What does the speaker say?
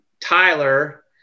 Tyler